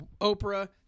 Oprah